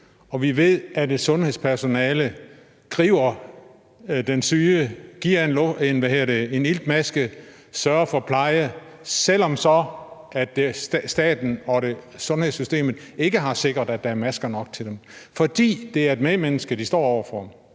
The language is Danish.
vi ved, at sundhedspersonalet griber den syge, giver en iltmaske, sørger for pleje, selv om staten og sundhedssystemet ikke har sikret, at der er masker nok til dem, fordi det er et medmenneske, de står over for.